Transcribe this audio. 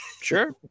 Sure